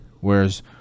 Whereas